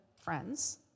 friends